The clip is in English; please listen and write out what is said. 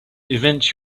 invent